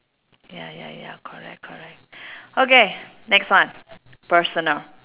ya ya ya correct correct okay next one personal